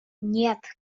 нет